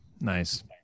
Nice